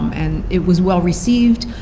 and it was well received.